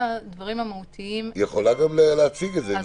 הדיון -- היא גם יכולה להציג את זה.